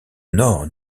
nord